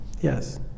Yes